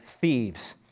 thieves